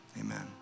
amen